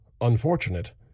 unfortunate